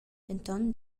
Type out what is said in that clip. denton